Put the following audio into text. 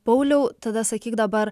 pauliau tada sakyk dabar